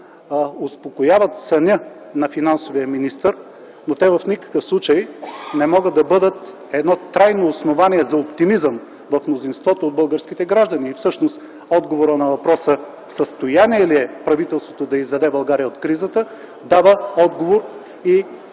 успокояват съня на финансовия министър, но те в никакъв случай не могат да бъдат трайно основание за оптимизъм в мнозинството от българските граждани. Всъщност отговорът на въпроса: в състояние ли е правителството да изведе България от кризата, дава отговор и